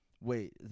Wait